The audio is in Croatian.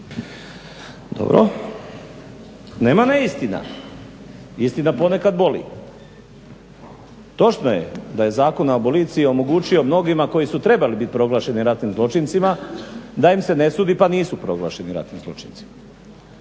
Dobro. Nema neistina, istina ponekad boli. Točno je da je Zakon o aboliciji omogućio mnogima koji su trebali biti proglašeni ratnim zločincima da im se ne sudi pa nisu proglašeni ratnim zločincima.